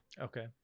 Okay